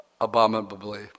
abominably